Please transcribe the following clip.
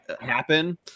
happen